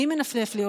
מי מנופף לי?